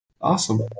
awesome